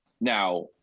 Now